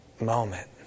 moment